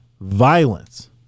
violence